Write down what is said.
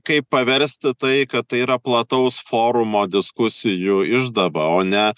kaip paversti tai kad tai yra plataus forumo diskusijų išdava o ne